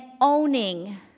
owning